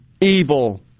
evil